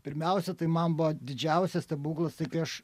pirmiausia tai man buvo didžiausias stebuklas tai kai aš